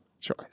choice